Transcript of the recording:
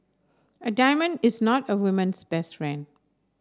a diamond is not a woman's best friend